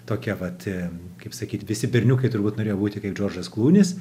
tokia vat kaip sakyt visi berniukai turbūt norėjo būti kaip džordžas klunis